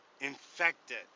infected